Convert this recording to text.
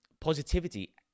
Positivity